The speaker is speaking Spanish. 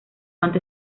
ante